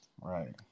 Right